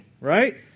right